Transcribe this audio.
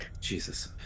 Jesus